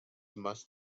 must